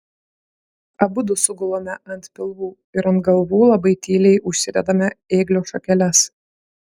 abudu sugulame ant pilvų ir ant galvų labai tyliai užsidedame ėglio šakeles